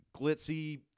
glitzy